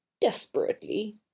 desperately